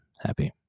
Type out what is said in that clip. happy